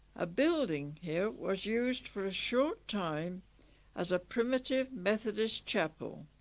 a building here was used for a short time as a primitive methodist chapel.